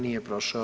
Nije prošao.